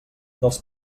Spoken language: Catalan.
dels